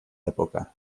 època